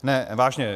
Ne, vážně.